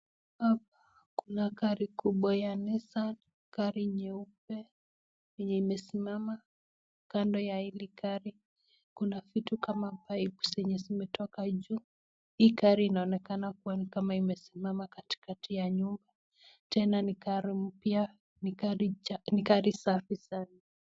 Hapa kuna gari kubwa ya Nissan, gari nyeupe yenye imesimama kando ya hili gari, kuna vitu kama pipes zenye zimetoka juu, hii gari inaonekana kuwa ni kama imesimama katikati ya nyumba tena ni gari mpya ni gari safi sana.